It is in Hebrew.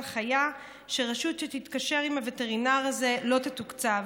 הנחיה שרשות שתתקשר עם הווטרינר הזה לא תתוקצב.